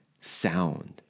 sound